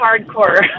hardcore